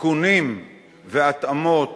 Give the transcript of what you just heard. תיקונים והתאמות